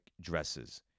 dresses